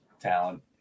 talent